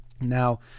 Now